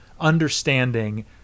understanding